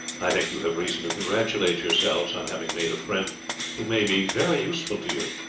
i think you have reason to congratulate yourselves on having made a friend who may be very useful to you.